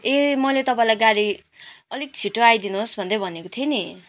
ए मैले तपाईँलाई गाडी अलिक छिटो आइदिनुहोस् भन्दै भनेको थिएँ नि